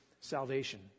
salvation